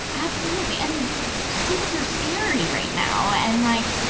absolutely. and schools are scary right now and like,